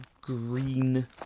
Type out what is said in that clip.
green